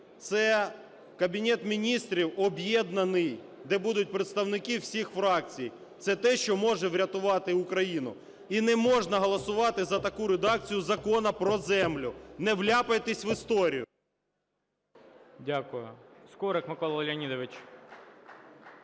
це Кабінет Міністрів об'єднаний, де будуть представники всіх фракцій, це те, що може врятувати Україну. І не можна голосувати за таку редакцію Закону про землю. Не вляпайтесь в історію. ГОЛОВУЮЧИЙ. Дякую. Скорик Микола Леонідович.